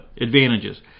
Advantages